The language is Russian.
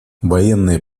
военные